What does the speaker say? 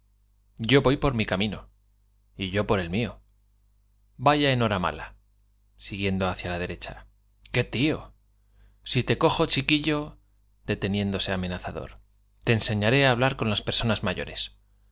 yo voy por mi camino y yo por el mío hacia la derecli a vaya enhoramala siguiendo qué tío si te cojo chiquillo deteniéndose amenazador te enseñaré á hablar con las personas mayores